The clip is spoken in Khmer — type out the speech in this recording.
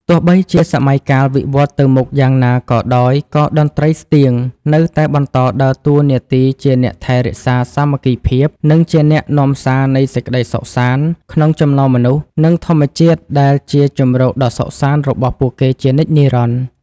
ទោះបីជាសម័យកាលវិវត្តទៅមុខយ៉ាងណាក៏ដោយ ក៏តន្ត្រីស្ទៀងនៅតែបន្តដើរតួនាទីជាអ្នកថែរក្សាសាមគ្គីភាព និងជាអ្នកនាំសារនៃសេចក្តីសុខសាន្ត ក្នុងចំណោមមនុស្ស និងធម្មជាតិដែលជាជម្រកដ៏សុខសាន្តរបស់ពួកគេជានិច្ចនិរន្តរ៍។